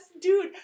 dude